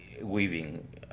weaving